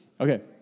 Okay